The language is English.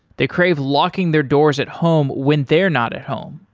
they crave locking their doors at home when they're not at home.